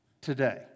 today